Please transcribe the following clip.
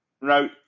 Now